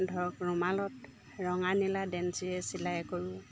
ধৰক ৰোমালত ৰঙা নীলা ডেঞ্চিৰে চিলাই কৰোঁ